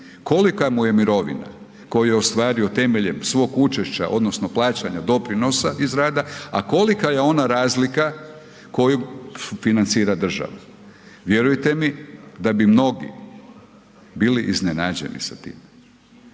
kolika mu je mirovina koju je ostvario temeljem svog učešća odnosno plaćanja doprinosa iz rada, a kolika je ona razlika koju financira država. Vjerujte mi da bi mnogi bili iznenađeni s tim.